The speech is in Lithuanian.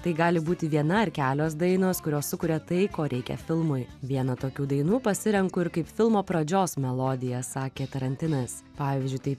tai gali būti viena ar kelios dainos kurios sukuria tai ko reikia filmui vieną tokių dainų pasirenku ir kaip filmo pradžios melodiją sakė tarantinas pavyzdžiui taip